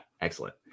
excellent